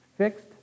Fixed